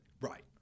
Right